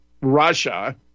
Russia